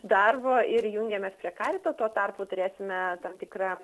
darbo ir jungiamės prie karito tuo tarpu turėsime tam tikrą